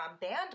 band